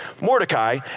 Mordecai